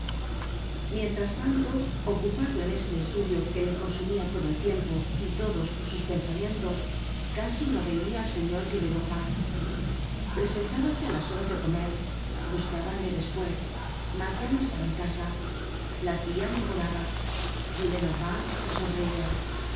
mientras tanto ocupado en este estudio que le consumia todo el tiempo y todos sus pensamientos casi no veia al señor gillenormand presentábase á las horas de comer buscábanle despues mas ya no estaba en casa la tia murmuraba gillenormand se sonreia